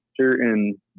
certain